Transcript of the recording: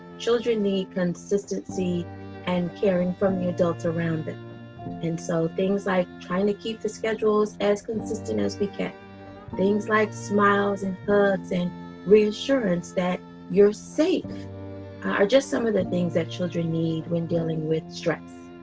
children need consistency and caring from the adults around them and so things like trying to keep the schedules as consistent as we can things like smiles hugs and reassurance that you're safe are just some of the things that children need when dealing with stress.